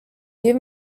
give